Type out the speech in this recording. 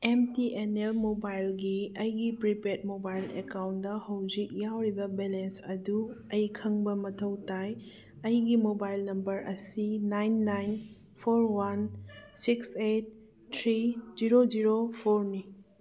M T N L ꯃꯣꯕꯥꯏꯜꯒꯤ ꯑꯩꯒꯤ prepaid mobile account ꯍꯧꯖꯤꯛ ꯌꯥꯎꯔꯤꯕ ꯕꯦꯂꯦꯟ ꯑꯗꯨ ꯑꯩ ꯈꯪꯕ ꯃꯊꯧ ꯇꯥꯏ ꯑꯩꯒꯤ ꯃꯣꯕꯥꯏꯜ ꯅꯝꯕꯔ ꯑꯁꯤ nine nine four one six eight three zero zero ꯐꯣꯔꯅꯤ